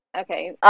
Okay